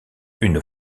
une